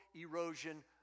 erosion